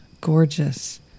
gorgeous